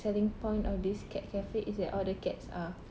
selling point of this cat cafe is that all the cats are